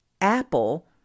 Apple